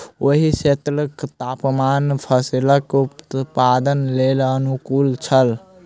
ओहि क्षेत्रक तापमान फसीलक उत्पादनक लेल अनुकूल छल